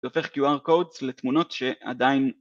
זה הופך QR-Codes לתמונות שעדיין